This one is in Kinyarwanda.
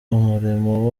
umurimo